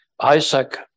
Isaac